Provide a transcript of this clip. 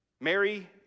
Mary